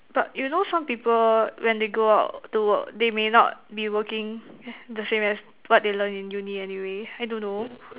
but you know some people when they go out to work they may not be working the same as what they learn in Uni anyway I don't know